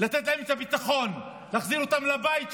לתת להם את הביטחון, להחזיר אותם לבית שלהם,